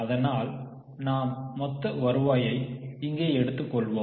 அதனால் நாம் மொத்த வருவாயை இங்கே எடுத்துக் கொள்வோம்